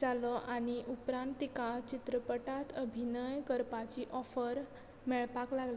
जालो आनी उपरांत तिका चित्रपटांत अभिनय करपाची ऑफर मेळपाक लागली